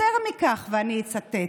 יותר מכך, ואני אצטט,